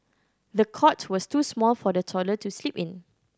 the cot was too small for the toddler to sleep in